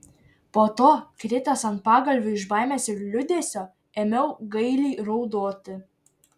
po to kritęs ant pagalvių iš baimės ir liūdesio ėmiau gailiai raudoti